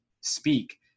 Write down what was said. speak